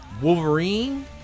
Wolverine